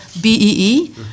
BEE